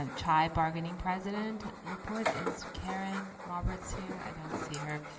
um chi bargaining president report. is karen roberts here? i don't see her.